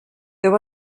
there